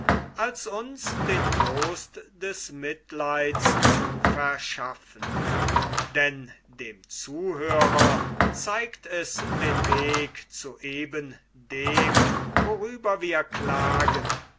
als uns den trost des mitleids zu verschaffen denn dem zuhörer zeigt es den weg zu eben dem worüber wir klagen